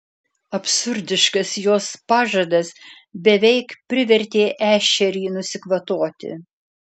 absurdiškas jos pažadas beveik privertė ešerį nusikvatoti